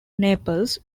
naples